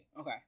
Okay